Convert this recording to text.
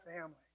family